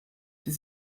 die